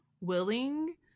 willing